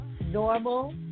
normal